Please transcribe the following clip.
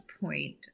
point